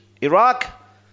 Iraq